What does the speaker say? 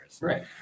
Right